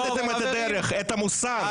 איבדתם את הדרך, את המוסר.